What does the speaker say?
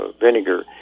vinegar